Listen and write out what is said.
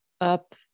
up